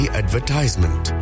advertisement